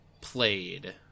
played